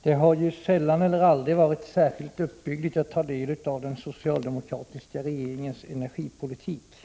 Herr talman! Det har sällan eller aldrig varit särskilt uppbyggligt att ta del av den socialdemokratiska regeringens energipolitik,